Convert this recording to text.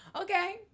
Okay